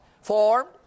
formed